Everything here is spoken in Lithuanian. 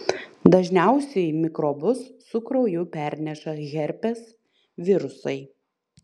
dažniausiai mikrobus su krauju perneša herpes virusai